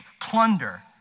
plunder